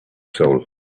soul